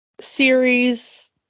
series